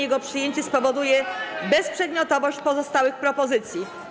Jego przyjęcie spowoduje bezprzedmiotowość pozostałych propozycji.